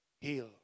heal